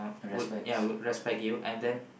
would ya would respect you and then